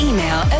Email